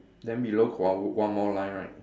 then below got one one more line right